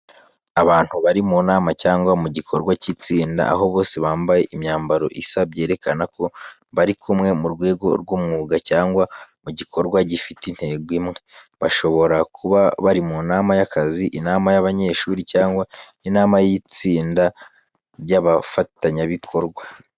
Abantu bari mu nama cyangwa mu gikorwa cy’itsinda, aho bose bambaye imyambaro isa byerekana ko bari kumwe mu rwego rw'umwuga cyangwa mu gikorwa gifite intego imwe. Bashobora kuba bari mu nama y’akazi, inama y’abanyeshuri, cyangwa inama y’itsinda ry’abafatanyabikorwa.